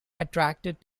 attracted